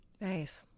Nice